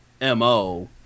MO